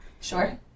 Sure